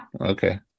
Okay